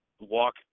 walk